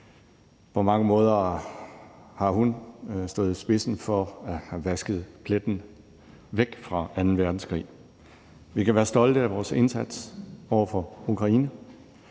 På mange måder har hun stået i spidsen for at have vasket pletten fra anden verdenskrig væk. Vi kan være stolte af vores indsats over for Ukraine.